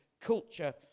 culture